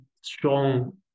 strong